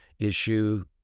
issue